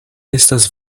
estas